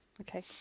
Okay